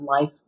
life